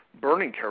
Burning